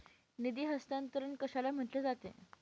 निधी हस्तांतरण कशाला म्हटले जाते?